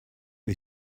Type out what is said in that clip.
who